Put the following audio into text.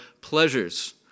pleasures